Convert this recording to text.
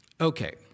Okay